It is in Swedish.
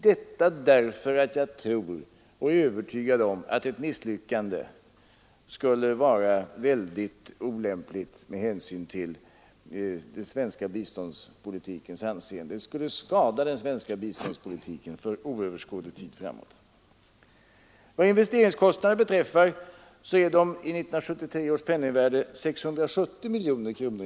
Jag är nämligen övertygad om att ett misslyckande skulle vara väldigt olämpligt med hänsyn till den svenska biståndspolitikens anseende. Det skulle skada den svenska biståndspolitiken för oöverskådlig tid framåt. Enligt beräkningarna är investeringskostnaden i 1973 års penningvärde 670 miljoner kronor.